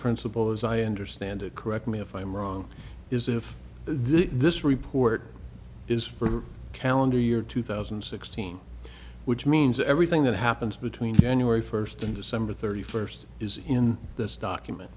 principle as i understand it correct me if i'm wrong is if this report is for calendar year two thousand and sixteen which means everything that happens between january first and december thirty first is in this document